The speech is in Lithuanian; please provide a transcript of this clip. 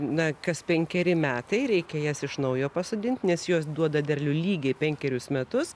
na kas penkeri metai reikia jas iš naujo pasodinti nes jos duoda derlių lygiai penkerius metus